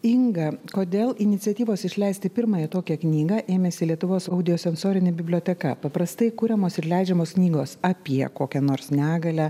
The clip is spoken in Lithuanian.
inga kodėl iniciatyvos išleisti pirmąją tokią knygą ėmėsi lietuvos audio sensorinė biblioteka paprastai kuriamos ir leidžiamos knygos apie kokią nors negalią